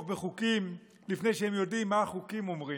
בחוקים לפני שהם יודעים מה החוקים אומרים.